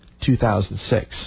2006